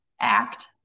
act